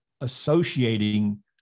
associating